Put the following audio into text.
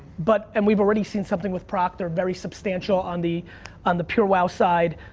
but and we've already seen something with proctor. very substantial on the on the purewow side.